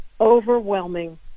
overwhelming